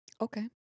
Okay